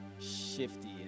shifty